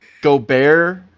Gobert